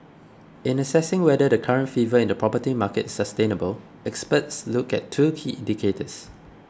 in assessing whether the current fever in the property market is sustainable experts look at two key indicators